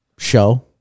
show